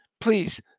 please